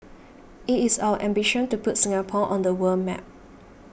it is our ambition to put Singapore on the world map